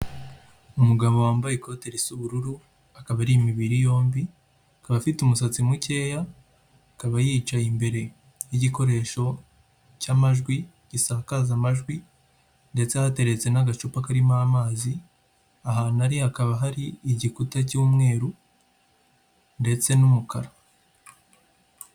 Umugabo wambaye ikote ry'ubururu akaba ari imibiri yombi, akaba afite umusatsi mukeya, akaba yicaye imbere y'igikoresho cy'amajwi gisakaza amajwi ndetse hateretse n'agacupa karimo amazi ahantu hakaba hari igikuta cy'umweru ndetse n'umukara.